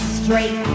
straight